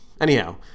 Anyhow